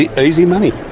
easy money.